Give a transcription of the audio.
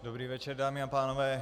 Dobrý večer, dámy a pánové.